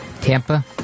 Tampa